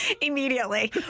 Immediately